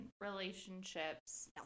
relationships